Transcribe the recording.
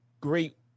great